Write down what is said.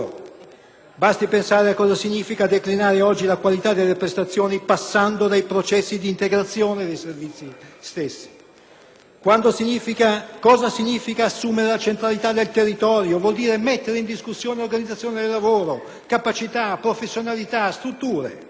Basti pensare a cosa significa declinare oggi la qualità delle prestazioni passando dai processi di integrazione dei servizi stessi, cosa significa assumere la centralità del territorio: vuol dire mettere in discussione organizzazione del lavoro, capacità, professionalità, strutture.